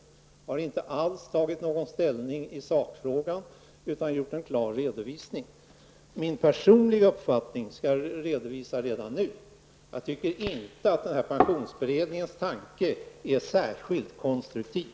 Jag har inte alls tagit ställning i sakfrågan utan gjort en klar redovisning. Min personliga uppfattning skall jag redovisa redan nu: Jag tycker inte att pensionsberedningens tanke är särskilt konstruktiv.